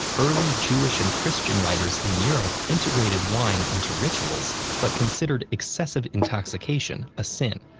early jewish and christian writers in europe integrated wine into rituals but considered excessive intoxication a sin.